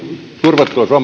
turvattua